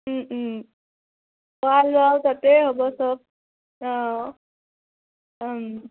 খোৱা লোৱা তাতেই হ'ব চব অঁ